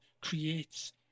creates